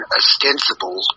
ostensible